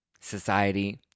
society